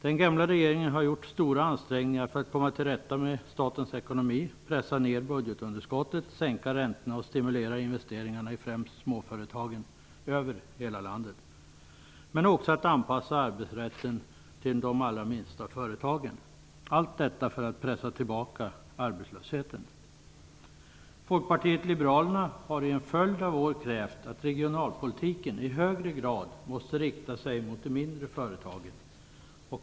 Den gamla regeringen har gjort stora ansträngningar för att komma till rätta med statens ekonomi, pressa ned budgetunderskottet, sänka räntorna och stimulera investeringarna i främst småföretagen över hela landet, men också för att anpassa arbetsrätten till de allra minsta företagen. Allt detta har man gjort för att pressa tillbaks arbetslösheten. Folkpartiet liberalerna har i en följd av år krävt att regionalpolitiken i högre grad måste rikta sig mot de mindre företagen.